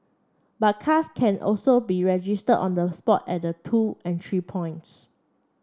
but cars can also be registered on the spot at the two entry points